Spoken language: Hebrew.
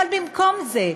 אבל במקום זה,